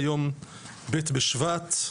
היום ב' בשבט,